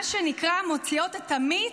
מה שנקרא "מוציאות את המיץ"